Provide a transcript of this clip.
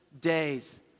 days